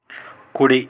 కుడి